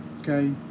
okay